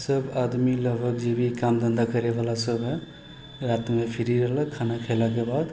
सब आदमी लगभग जे भी काम धन्धा करैवला सब हइ रातिमे फ्री रहलै खाना खेलाके बाद